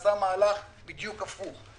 נעשה מהלך בדיוק הפוך.